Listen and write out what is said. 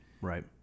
Right